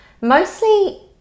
Mostly